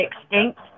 extinct